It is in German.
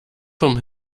vom